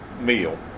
meal